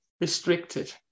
restricted